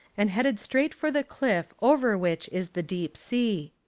and headed straight for the cliff over which is the deep sea.